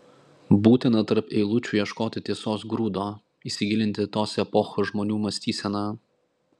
būtina tarp eilučių ieškoti tiesos grūdo įsigilinti į tos epochos žmonių mąstyseną